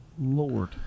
lord